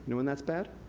when that's bad?